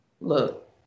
Look